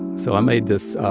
so i made this